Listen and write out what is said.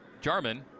Jarman